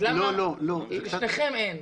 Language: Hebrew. לשניכם אין.